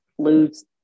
lose